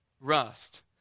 rust